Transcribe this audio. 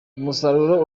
umusaruro